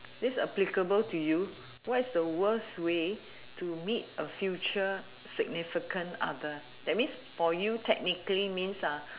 this applicable to you what is the worst way to meet a future significant other that means for you technically means ah